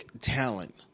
talent